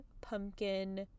pumpkin